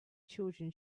children